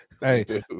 hey